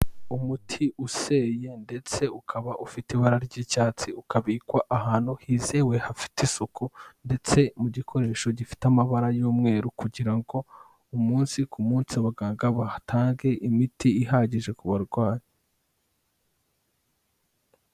Umuti useye ndetse ukaba ufite ibara ry'icyatsi, ukabikwa ahantu hizewe hafite isuku ndetse mu gikoresho gifite amabara y'umweru kugira ngo umunsi ku munsi abaganga batange imiti ihagije ku barwayi.